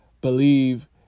believe